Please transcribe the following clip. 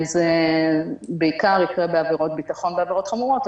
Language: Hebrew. זה יקרה בעיקר בעבירות ביטחון ובעבירות חמורות,